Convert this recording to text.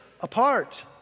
apart